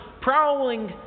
prowling